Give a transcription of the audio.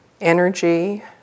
energy